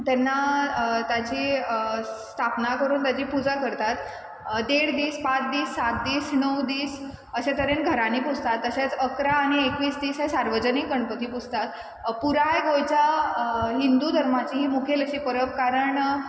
तेन्ना ताची स्थापना करून ताजी पुजा करतात देड दीस पांच दीस सात दीस णव दीस अशें तरेन घरांनी पुजतात तशेंच इकरा आनी एकवीस दीस ते सार्वजनीक गणपती पुजतात पुराय गोंयच्या हिंदू धर्माची ही मुखेल अशी परब कारण